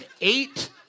eight